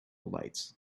lights